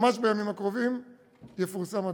ממש בימים הקרובים יפורסם הדוח.